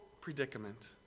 predicament